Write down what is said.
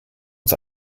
uns